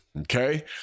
Okay